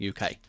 UK